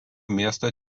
miesto